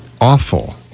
awful